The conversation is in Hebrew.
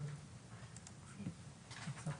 אני מבקש שיעלה